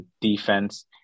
defense